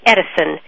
Edison